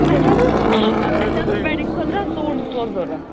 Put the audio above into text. اسہِ حظ ٲس اسہِ حظ ٲس ویٚڈِنٛگ خٲطرٕ حظ سوٗٹ زٕ ژور ضرَوٗرت